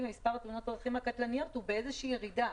ומספר תאונות הדרכים הקטלניות הוא באיזושהי ירידה.